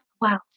Wow